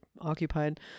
occupied